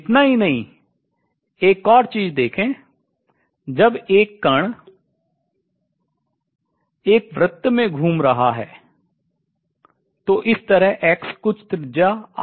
इतना ही नहीं एक और चीज देखें जब एक कण एक वृत्त में घूम रहा हो तो इस तरह x कुछ त्रिज्या है